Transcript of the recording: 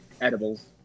Edibles